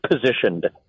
positioned